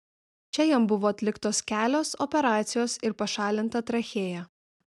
čia jam buvo atliktos kelios operacijos ir pašalinta trachėja